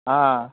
आं